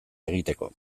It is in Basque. egiteko